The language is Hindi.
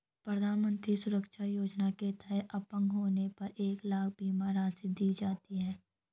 प्रधानमंत्री सुरक्षा योजना के तहत अपंग होने पर एक लाख बीमा राशि दी जाती है